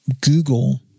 Google